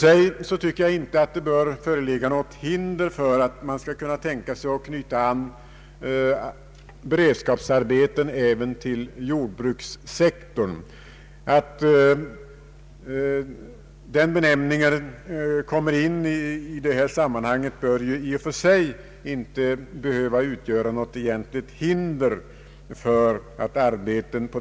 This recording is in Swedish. Jag anser inte att det i och för sig föreligger något hinder för att knyta an beredskapsarbete även till jordbrukssektorn. Benämningen jordbruk bör väl i och för sig inte utgöra något egentligt hinder.